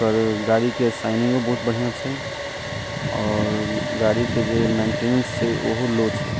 ओकर गाड़ीके शाइनिंगो बहुत बढ़िआँ छै आओर गाड़ीके जे मेन्टिनेंस छै ओहो लो छै